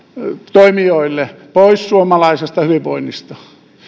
toimijoille pois suomalaisesta hyvinvoinnista